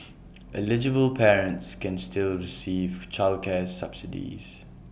eligible parents can still receive childcare subsidies